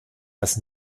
das